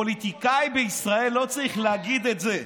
פוליטיקאי בישראל לא צריך להגיד את זה.